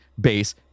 base